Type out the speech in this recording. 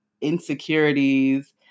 insecurities